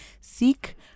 seek